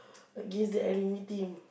against the enemy team